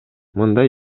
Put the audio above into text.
мындай